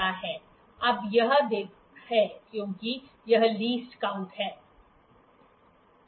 अब यह देता है क्योंकि यह लीस्ट काऊंट है